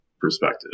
perspective